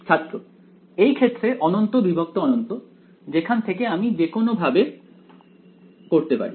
ছাত্র এই ক্ষেত্রে অনন্ত বিভক্ত অনন্ত যেখান থেকে আমি যেকোনও ভাবে করতে পারি